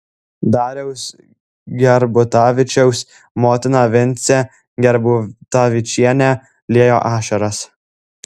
dariaus gerbutavičiaus motina vincė gerbutavičienė liejo ašaras